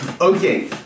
Okay